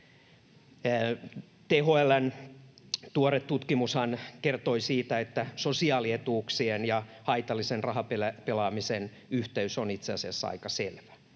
THL:n tuore tutkimushan kertoi siitä, että sosiaalietuuksien ja haitallisen rahapelaamisen yhteys on itse asiassa aika selvä.